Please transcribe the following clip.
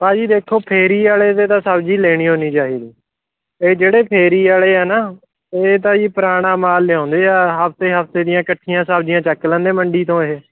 ਭਾਅ ਜੀ ਦੇਖੋ ਫੇਰੀ ਵਾਲੇ ਤੋਂ ਤਾਂ ਸਬਜ਼ੀ ਲੈਣੀ ਓ ਨਹੀਂ ਚਾਹੀਦੀ ਇਹ ਜਿਹੜੇ ਫੇਰੀ ਵਾਲੇ ਆ ਨਾ ਇਹ ਤਾਂ ਜੀ ਪੁਰਾਣਾ ਮਾਲ ਲਿਆਉਂਦੇ ਆ ਹਫ਼ਤੇ ਹਫ਼ਤੇ ਦੀਆਂ ਕੱਠੀਆਂ ਸਬਜ਼ੀਆਂ ਚੱਕ ਲੈਂਦੇ ਮੰਡੀ ਤੋਂ ਇਹ